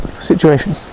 situation